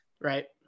Right